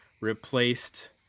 replaced